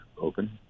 open